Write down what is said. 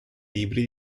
libri